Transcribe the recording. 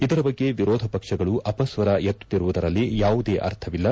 ಇದರ ಬಗ್ಗೆ ವಿರೋಧ ಪಕ್ಷಗಳು ಅಪಸ್ವರ ಎತ್ತುತ್ತಿರುವುದರಲ್ಲಿ ಯಾವುದೇ ಅರ್ಥವಿಲ್ಲ